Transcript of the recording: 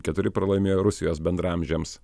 keturi pralaimėjo rusijos bendraamžiams